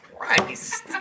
Christ